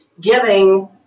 giving